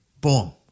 Boom